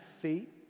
feet